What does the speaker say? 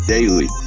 Daily